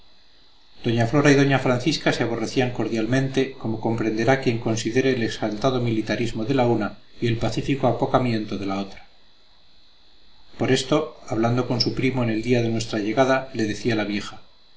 doña flora y doña francisca se aborrecían cordialmente como comprenderá quien considere el exaltado militarismo de la una y el pacífico apocamiento de la otra por esto hablando con su primo en el día de nuestra llegada le decía la vieja